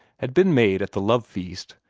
had been made at the love-feast,